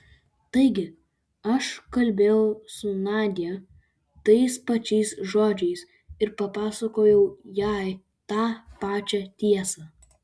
taigi aš kalbėjau su nadia tais pačiais žodžiais ir papasakojau jai tą pačią tiesą